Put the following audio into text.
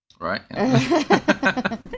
Right